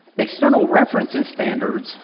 external referencing standards